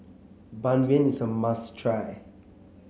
Ban Mian is a must try